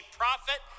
profit